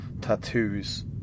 tattoos